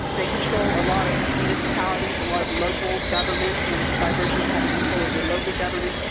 they control a lot of municipalities, a lot of local government and by virtue of having control of the local government.